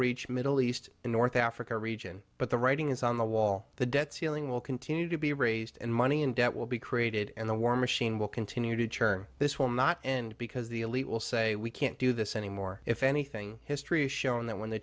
reach middle east and north africa region but the writing is on the wall the debt ceiling will continue to be raised and money and debt will be created and the war machine will continue to churn this will not end because the elite will say we can't do this anymore if anything history has shown that when the